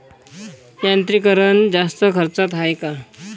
यांत्रिकीकरण जास्त खर्चाचं हाये का?